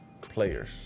players